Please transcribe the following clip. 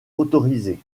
autorisées